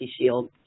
shield